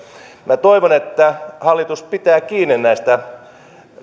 minä toivon että hallitus pitää kiinni näistä